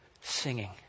singing